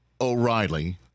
O'Reilly